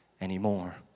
anymore